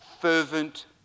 fervent